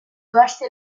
corsi